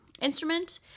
instrument